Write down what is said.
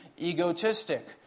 egotistic